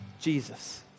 Jesus